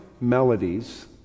melodies